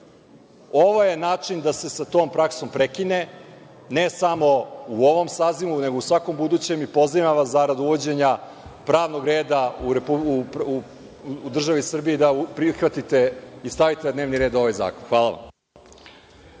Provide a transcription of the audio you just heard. je način da se sa tom praksom prekine, ne samo u ovom sazivu, nego u svakom budućem i pozivam vas, zarad uvođenja pravnog reda u državi Srbiji, da prihvatite i stavite na dnevni red ovaj zakon. Hvala.